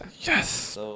Yes